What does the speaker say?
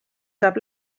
saab